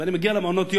ואני מגיע למעונות-יום,